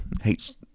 hates